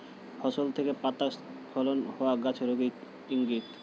ফসল থেকে পাতা স্খলন হওয়া গাছের রোগের ইংগিত